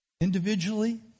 individually